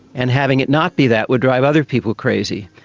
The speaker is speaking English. and having it not be that would drive other people crazy.